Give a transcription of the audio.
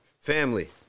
family